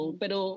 pero